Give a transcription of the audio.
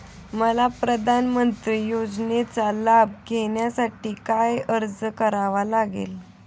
मला प्रधानमंत्री योजनेचा लाभ घेण्यासाठी काय अर्ज करावा लागेल?